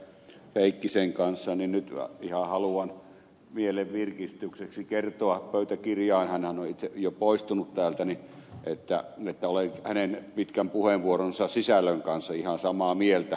heikkisen kanssa niin nyt ihan haluan mielenvirkistykseksi kertoa pöytäkirjaan hänhän on itse jo poistunut täältä että olen hänen pitkän puheenvuoronsa sisällön kanssa ihan samaa mieltä